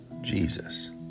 Jesus